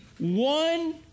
One